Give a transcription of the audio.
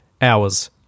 hours